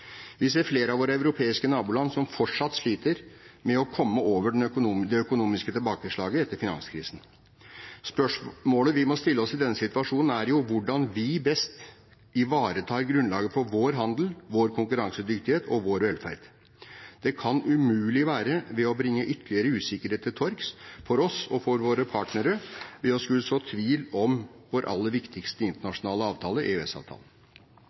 Vi ser flere av våre europeiske naboland som fortsatt sliter med å komme over det økonomiske tilbakeslaget etter finanskrisen. Spørsmålet vi må stille oss i denne situasjonen, er hvordan vi best ivaretar grunnlaget for vår handel, vår konkurransedyktighet og vår velferd. Det kan umulig være ved å bringe ytterligere usikkerhet til torgs – for oss og for våre partnere – ved å så tvil om vår aller viktigste internasjonale avtale,